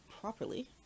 properly